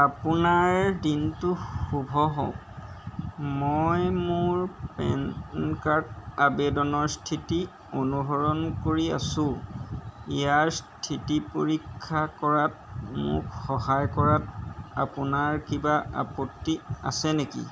আপোনাৰ দিনটো শুভ হওক মই মোৰ পেন কাৰ্ড আবেদনৰ স্থিতি অনুসৰণ কৰি আছো ইয়াৰ স্থিতি পৰীক্ষা কৰাত মোক সহায় কৰাত আপোনাৰ কিবা আপত্তি আছে নেকি